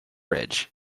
ridge